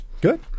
good